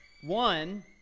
One